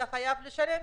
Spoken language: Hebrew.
אתה חייב לשלם,